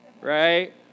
Right